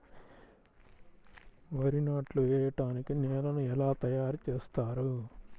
వరి నాట్లు వేయటానికి నేలను ఎలా తయారు చేస్తారు?